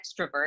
extrovert